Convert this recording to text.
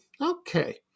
okay